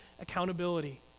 accountability